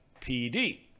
PD